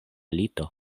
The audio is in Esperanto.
lito